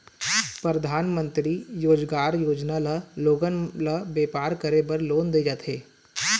परधानमंतरी रोजगार योजना म लोगन ल बेपार करे बर लोन दे जाथे